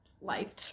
life